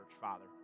Father